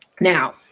Now